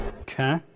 Okay